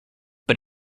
but